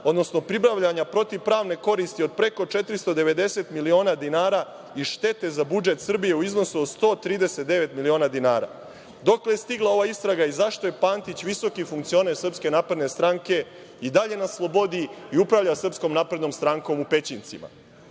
odnosno pribavljanja protivpravne koristi od preko 490 miliona dinara i štete za budžet Srbije u iznosu od 139 miliona dinara? Dokle je stigla ova istraga i zašto je Pantić, visoki funkcioner SNS, i dalje na slobodi i upravlja SNS u Pećincima?